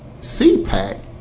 CPAC